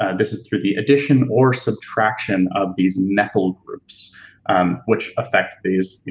ah this is through the addition or subtraction of these methyl groups um which affects these,